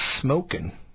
smoking